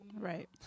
right